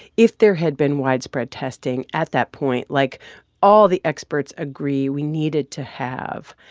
if there had been widespread testing at that point like all the experts agree we needed to have,